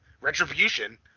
retribution